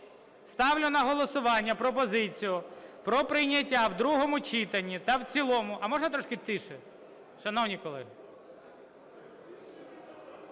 Ставлю на голосування пропозицію про прийняття в другому читанні та в цілому (а можна трошки тихіше, шановні колеги?)